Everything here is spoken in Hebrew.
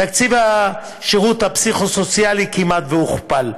תקציב השירות הפסיכו-סוציאלי כמעט הוכפל,